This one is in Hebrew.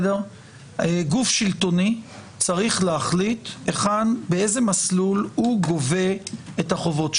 גוף שלטוני צריך להחליט באיזה מסלול הוא גובה את החובות שלו.